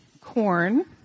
corn